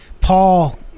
Paul